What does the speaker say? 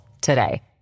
today